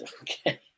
okay